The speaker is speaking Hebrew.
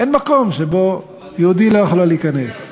אין מקום שבו יהודי לא היה יכול להיכנס.